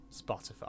Spotify